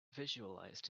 visualized